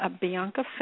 Bianca